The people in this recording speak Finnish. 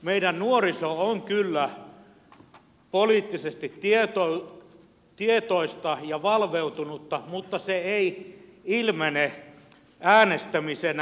meidän nuoriso on kyllä poliittisesti tietoista ja valveutunutta mutta se ei ilmene äänestämisenä